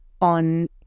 on